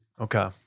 Okay